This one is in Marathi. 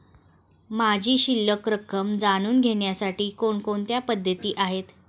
माझी शिल्लक रक्कम जाणून घेण्यासाठी कोणकोणत्या पद्धती आहेत?